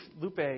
Lupe